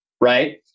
right